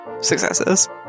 successes